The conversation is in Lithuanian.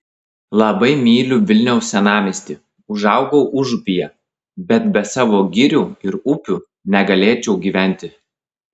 labai myliu vilniaus senamiestį užaugau užupyje bet be savo girių ir upių negalėčiau gyventi